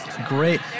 Great